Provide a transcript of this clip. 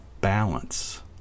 balance